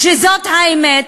שזאת האמת,